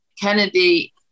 Kennedy